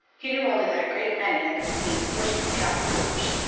he knew only that a great many had been seen first from cap rouge,